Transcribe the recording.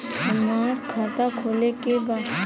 हमार खाता खोले के बा?